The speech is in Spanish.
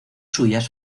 suyas